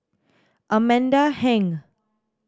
Amanda Heng